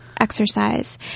exercise